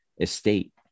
estate